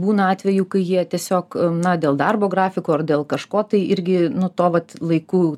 būna atvejų kai jie tiesiog na dėl darbo grafiko ar dėl kažko tai irgi nu to vat laikų